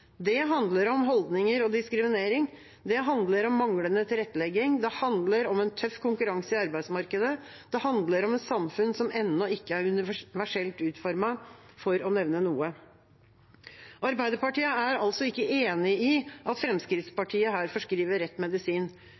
Det handler om holdninger og diskriminering, det handler om manglende tilrettelegging, det handler om en tøff konkurranse i arbeidsmarkedet, det handler om et samfunn som ennå ikke er universelt utformet, for å nevne noe. Arbeiderpartiet er altså ikke enig i at Fremskrittspartiet her forskriver rett medisin.